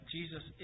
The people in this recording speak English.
Jesus